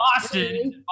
Boston